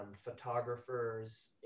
photographers